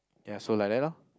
ya so like that lor